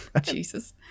Jesus